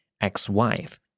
ex-wife